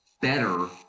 better